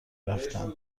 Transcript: رفتند